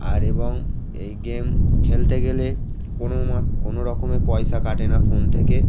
আর এবং এই গেম খেলতে গেলে কোনো না কোনো রকমের পয়সা কাটে না ফোন থেকে